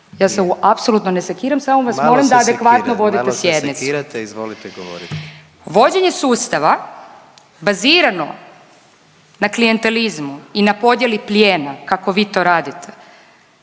se seki… malo se sekirate, izvolite govoriti./… … da adekvatno vodite sjednicu. Vođenje sustava bazirano na klijentelizmu i na podijeli plijena kako vi to radite